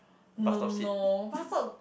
no no white socks